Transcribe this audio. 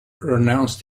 renounced